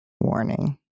Warning